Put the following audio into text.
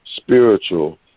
spiritual